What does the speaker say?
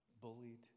bullied